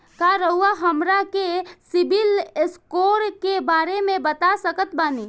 का रउआ हमरा के सिबिल स्कोर के बारे में बता सकत बानी?